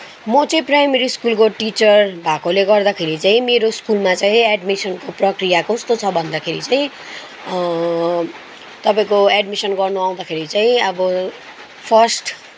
म चाहिँ प्राइमरी स्कुलको टिचर भएकोले गर्दाखेरि चाहिँ मेरो स्कुलमा चाहिँ एडमिसनको प्रक्रिया कस्तो छ भन्दाखेरि चाहिँ तपाईँको एडमिसन गर्न आउँदाखेरि चाहिँ अब फर्स्ट